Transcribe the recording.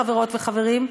חברות וחברים,